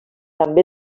també